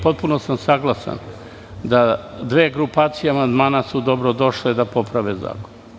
Potpuno sam saglasan da su dve grupacije amandmana dobrodošle da poprave zakon.